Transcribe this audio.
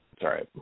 sorry